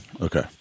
Okay